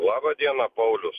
laba diena paulius